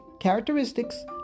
characteristics